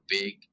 big